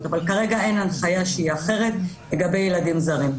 אבל כרגע אין הנחיה שהיא אחרת לגבי ילדים זרים.